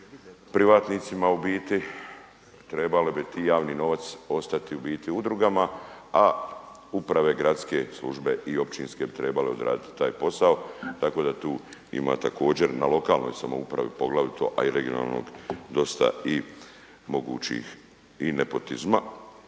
privatnicima u biti. Trebali bi taj javni novac ostati u biti udrugama, a uprave gradske službe i općinske trebale bi odraditi taj posao, tako da tu ima također na lokalnoj samoupravi poglavito, a i regionalnog dosta i mogućih i nepotizma